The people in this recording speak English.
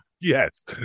Yes